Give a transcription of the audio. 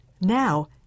Now